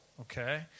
Okay